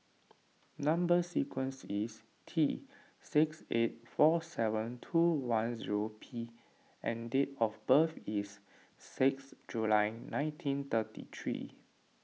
Number Sequence is T six eight four seven two one zero P and date of birth is six July nineteen thirty three